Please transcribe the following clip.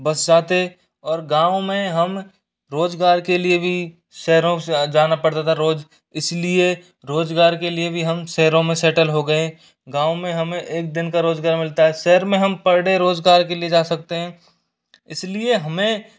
बस जाते और गाँव में हम रोजगार के लिए भी शहरों से अ जाना पड़ता था रोज इसलिए रोजगार के लिए भी हम शहरों में सेटल हो गये गाँव में हमें एक दिन का रोजगार मिलता हैं शहर में हम पर डे रोजगार के लिए जा सकते हैं इस लिए हमें